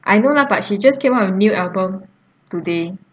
I know lah but she just came out with new album today